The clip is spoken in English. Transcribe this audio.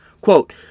quote